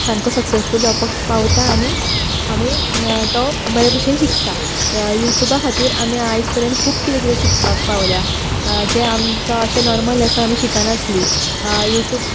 सारको सक्सेसफूल जावपाक पावता आनी आमी तो बरे भाशेन शिकता यु ट्यूबा खातीर आमी आयज पर्यंत खूब कितें कितें शिकपाक पावल्यां जे आमकां अशे नॉमर्ल लायफान आमी शिकनासली यु ट्यूब